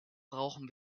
brauchen